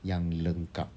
yang lengkap